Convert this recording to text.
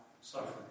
suffering